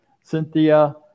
Cynthia